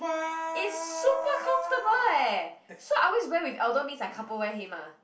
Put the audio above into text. it's super comfortable eh so I always wear with Aldo means I couple wear him